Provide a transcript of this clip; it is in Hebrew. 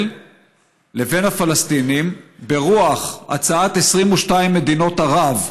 לבין הפלסטינים ברוח הצעת 22 מדינות ערב,